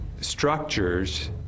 structures